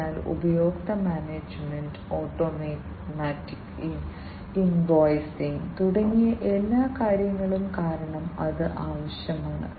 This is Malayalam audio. അതിനാൽ ഉപഭോക്തൃ മാനേജുമെന്റ് ഓട്ടോമാറ്റിക് ഇൻവോയ്സിംഗ് തുടങ്ങിയ എല്ലാ കാര്യങ്ങളും കാരണം അത് ആവശ്യമാണ്